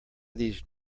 these